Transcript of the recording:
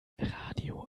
radio